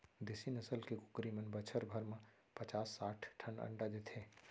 देसी नसल के कुकरी मन बछर भर म पचास साठ ठन अंडा देथे